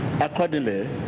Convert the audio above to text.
accordingly